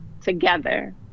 together